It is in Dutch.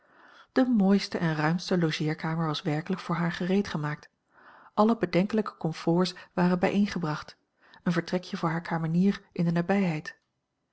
de mooiste en ruimste logeerkamer was werkelijk voor haar gereed gemaakt alle bedenkelijke comforts waren bijeengebracht een vertrekje voor hare kamenier in de nabijheid